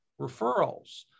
referrals